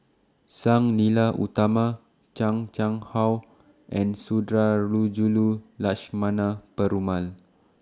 Sang Nila Utama Chan Chang How and Sundarajulu Lakshmana Perumal